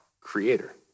creator